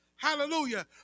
Hallelujah